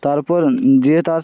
তারপর যেয়ে তার